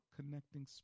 connecting